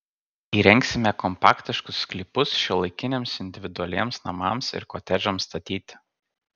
įrengsime kompaktiškus sklypus šiuolaikiniams individualiems namams ir kotedžams statyti